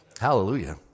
Hallelujah